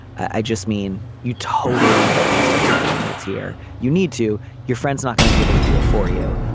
i just mean you totally get to start setting limits here. you need to your friends are not going to be able to do it for you.